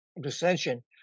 dissension